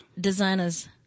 designers